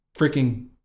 freaking